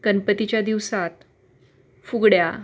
गणपतीच्या दिवसात फुगड्या